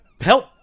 help